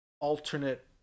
alternate